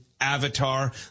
Avatar